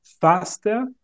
faster